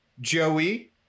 Joey